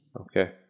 Okay